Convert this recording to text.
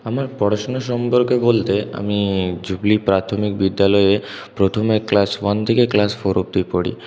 আমার পড়াশোনা সম্পর্কে বলতে আমি জুবলি প্রাথমিক বিদ্যালয়ে প্রথমে ক্লাস ওয়ান থেকে ক্লাস ফোর অব্দি পড়ি